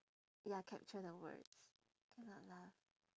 ya capture the words cannot lah